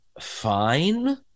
fine